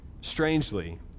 strangely